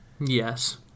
Yes